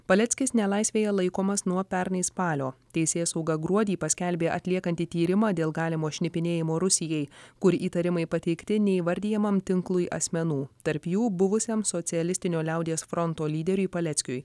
paleckis nelaisvėje laikomas nuo pernai spalio teisėsauga gruodį paskelbė atliekanti tyrimą dėl galimo šnipinėjimo rusijai kur įtarimai pateikti neįvardijamam tinklui asmenų tarp jų buvusiam socialistinio liaudies fronto lyderiui paleckiui